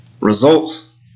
results